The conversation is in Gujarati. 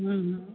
હ હમ